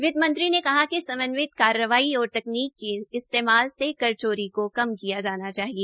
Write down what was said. वित्तमंत्री ने कहा कि समन्वित कार्रवाई और तकनीक के इस्तेमाल से कर चोरी को कम किया जाना चाहिए